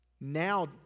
Now